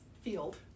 field